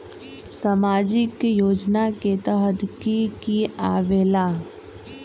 समाजिक योजना के तहद कि की आवे ला?